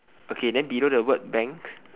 okay then below the word bank